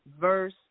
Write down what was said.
verse